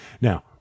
Now